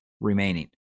remaining